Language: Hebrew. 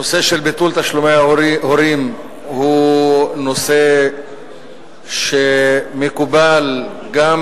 הנושא של ביטול תשלומי הורים הוא נושא שמקובל גם